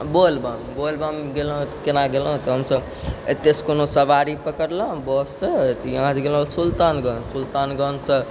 बोलबम बोलबम गेलहुँ तऽ केना गेलहुँ तऽ हमसब एतैसँ कोनो सवारी पकड़लहुँ बससँ तऽ यहाँसँ गेलहुँ सुल्तानगञ्ज सुल्तानगञ्ज सँ